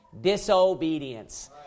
disobedience